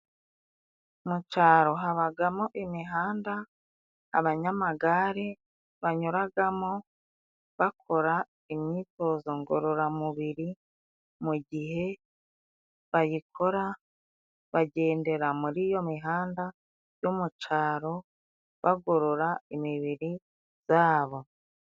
Mu caro habagamo imihanda abanyamagare banyuragamo bakora imyitozo ngororamubiri .Mu gihe bayikora bagendera muri iyo mihanda yo mu caro bagorora imibiri yabo.